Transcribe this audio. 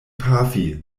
pafi